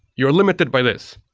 you're limited by this,